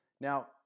Now